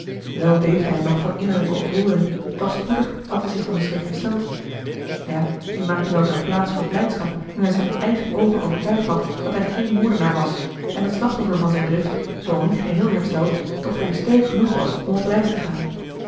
wel beefde hij nog van innerlijke ontroering doch spoedig had hij zich van den schrik hersteld ja die maakte weldra plaats voor blijdschap nu hij zich met eigen oogen overtuigd had dat hij geen moordenaar was en het slachtoffer van zijne drift zoo al niet geheel hersteld toch weer sterk genoeg was om op reis te gaan